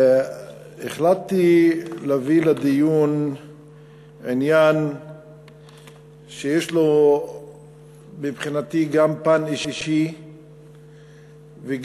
החלטתי להביא לדיון עניין שיש לו מבחינתי גם פן אישי וגם,